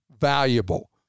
valuable